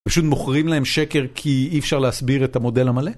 פשוט מוכרים להם שקר כי אי אפשר להסביר את המודל המלא?